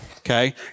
Okay